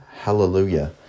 hallelujah